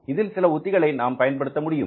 இதில் சில உத்திகளை நாம் பயன்படுத்த முடியும்